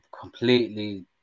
completely